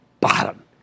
bottom